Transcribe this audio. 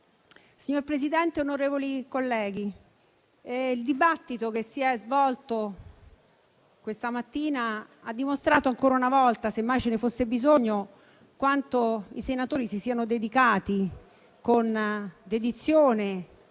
Signor Presidente, onorevoli colleghi, il dibattito che si è svolto questa mattina ha dimostrato ancora una volta, se mai ce ne fosse bisogno, quanto i senatori si siano dedicati, con dedizione,